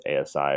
ASI